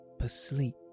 asleep